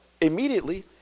immediately